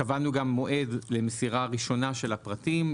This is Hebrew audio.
קבענו גם מועד למסירה ראשונה של הפרטים.